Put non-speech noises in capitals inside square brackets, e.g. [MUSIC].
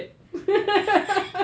[LAUGHS]